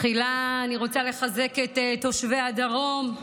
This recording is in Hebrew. תחילה אני רוצה לחזק את תושבי הדרום.